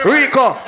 Rico